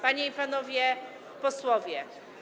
Panie i Panowie Posłowie!